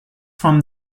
from